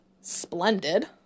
splendid